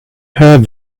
heard